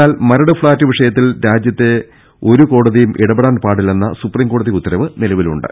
എന്നാൽ മരട് ഫ്ളാറ്റ് വിഷയത്തിൽ രാജ്യത്തെ ഒരു കോടതികളും ഇടപെടാൻ പാടില്ലെന്ന സുപ്രീംകോടതി ഉത്തരവ് നിലവിലുണ്ട്